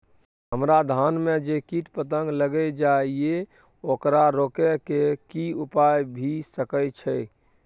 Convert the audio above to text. हमरा धान में जे कीट पतंग लैग जाय ये ओकरा रोके के कि उपाय भी सके छै?